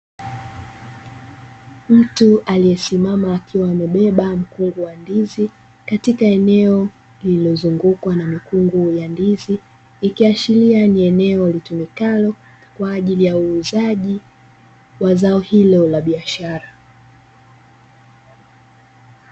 Mtu aliyesimama akiwa amebeba mkungu wa ndizi katika eneo lililozungukwa na mikungu ya ndizi, ikiashiria ni eneo litumikalo kwa ajili ya uuzaji wa zao hilo la biashara.